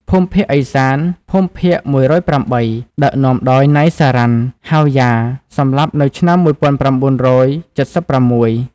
ភូមិភាគឦសាន (ភូមិភាគ១០៨) ដឹកនាំដោយ ណៃ សារ៉ាន់ ហៅ យ៉ា (សម្លាប់នៅឆ្នាំ១៩៧៦)។